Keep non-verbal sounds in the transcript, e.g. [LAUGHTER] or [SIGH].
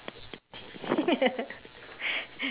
[LAUGHS]